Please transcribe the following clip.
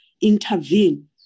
intervene